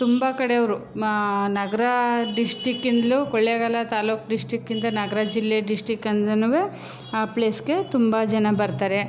ತುಂಬ ಕಡೆಯವರು ಮ ನಗರ ಡಿಸ್ಟಿಕ್ಕಿಂದ್ಲೂ ಕೊಳ್ಳೇಗಾಲ ತಾಲ್ಲೂಕು ಡಿಸ್ಟಿಕ್ಕಿಂದ ನಗರ ಜಿಲ್ಲೆ ಡಿಸ್ಟಿಕ್ಕಂದಲೂ ಆ ಪ್ಲೇಸ್ಗೆ ತುಂಬ ಜನ ಬರ್ತಾರೆ